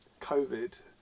Covid